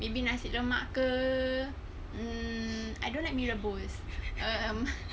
maybe nasi lemak ke mm I don't like mee rebus um